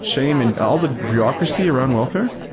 shame, and all the bureaucracy around welfare,